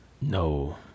No